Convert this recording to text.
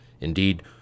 Indeed